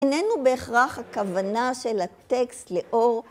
איננו בהכרח הכוונה של הטקסט לאור.